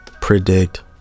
predict